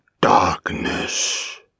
Darkness